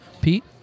Pete